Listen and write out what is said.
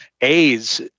AIDS